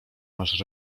masz